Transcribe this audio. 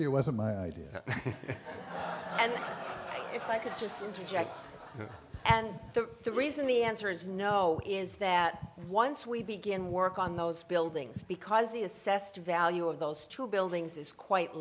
it was a my idea and if i could just interject and the reason the answer is no is that once we begin work on those buildings because the assessed value of those two buildings is quite